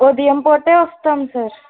ఉదయం పూటే వస్తాం సర్